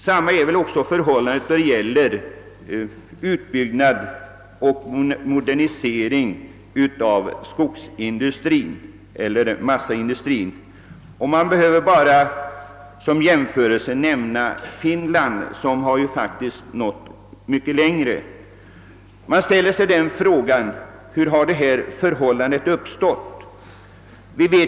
Samma är förhållandet när det gäller utbyggnad och modernisering av skogsoch massaindustrierna. Vi kan där jämföra med Finland, som i det fallet har nått mycket längre än vi. Hur har då de nuvarande förhållandena uppstått?